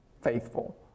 faithful